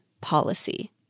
policy